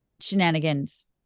shenanigans